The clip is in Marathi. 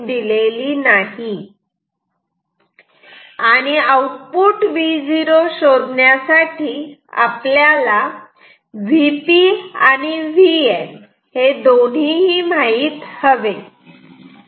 आणि आउटपुट Vo शोधण्यासाठी आपल्याला Vp आणि Vn दोन्ही माहीत हवे